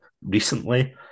Recently